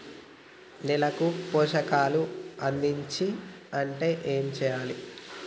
నేలకు పోషకాలు అందించాలి అంటే ఏం చెయ్యాలి?